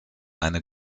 eine